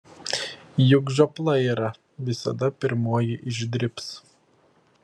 juk žiopla yra visada pirmoji išdribs